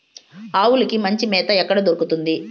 ఆవులకి మంచి మేత ఎక్కడ దొరుకుతుంది?